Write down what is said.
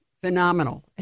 phenomenal